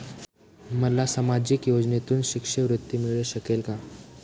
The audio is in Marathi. मला सामाजिक योजनेतून शिष्यवृत्ती मिळू शकेल का?